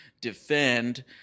defend